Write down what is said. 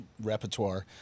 repertoire